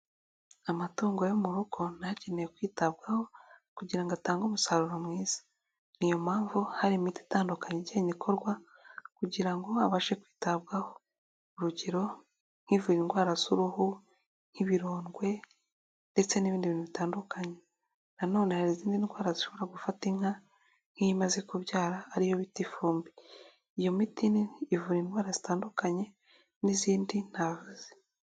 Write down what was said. Amatungo yo mu rugo nayo akeneye kwitabwaho kugira ngo atange umusaruro mwiza. Ni iyo mpamvu hari imiti itandukanye igenda ikorwa kugira ngo abashe kwitabwaho. Urugero: nk'ivura indwara z'uruhu, nk'ibirondwe ndetse n'ibindi bintu bitandukanye. Nanone hari izindi ndwara zishobora gufata inka nk'iyo imaze kubyara ari yo bita ifumbi. Iyo miti ivura indwara zitandukanye n'izindi ntavuze.